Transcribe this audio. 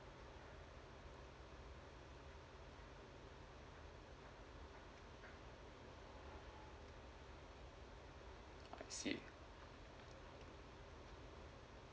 I see